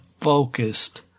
focused